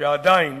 שעדיין